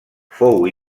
fou